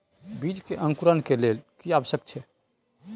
बीज के अंकुरण के लेल की आवश्यक छै?